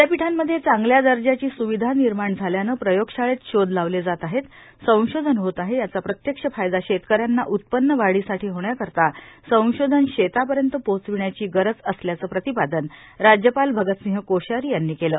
विदयापीठांमध्ये चांगल्या दर्जाची सुविधा निर्माण झाल्याने प्रयोगशाळेत शोध लावले जात आहेत संशोधन होत आहे याचा प्रत्यक्ष फायदा शेतकऱ्यांना उत्पन्न वाढीसाठी होण्याकरिता संशोधन शेतापर्यंत पोहोचविण्याची गरज असल्याचे प्रतिपादन राज्यपाल भगत सिंह कोश्यारी यांनी केले